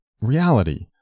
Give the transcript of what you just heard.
reality